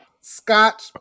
Scotch